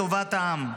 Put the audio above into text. באמת.